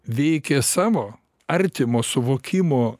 veikė savo artimo suvokimo